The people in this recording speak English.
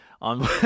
on